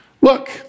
Look